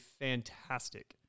fantastic